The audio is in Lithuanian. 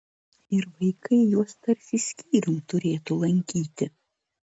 ir vaikai juos tarsi skyrium turėtų lankyti